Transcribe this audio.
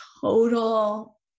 total